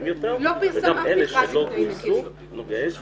יתפרסמו --- לא פרסמתם --- אני יכול להוסיף?